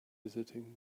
visiting